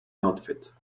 outfit